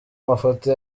mafoto